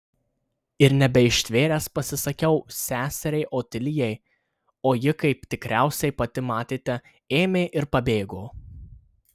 ir nebeištvėręs pasisakiau seseriai otilijai o ji kaip tikriausiai pati matėte ėmė ir pabėgo